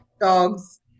dogs